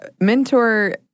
mentor